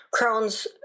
Crohn's